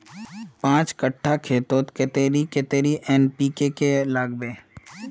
पाँच कट्ठा खेतोत कतेरी कतेरी एन.पी.के के लागबे?